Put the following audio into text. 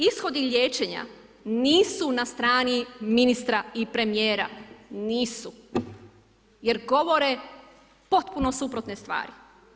Ishodi liječenja nisu na strani ministra i premijera, nisu jer govore potpuno suprotne stvari.